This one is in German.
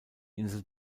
insel